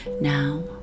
now